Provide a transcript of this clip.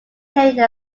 carrying